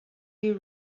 you